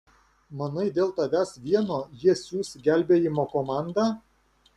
manai dėl tavęs vieno jie siųs gelbėjimo komandą